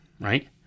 right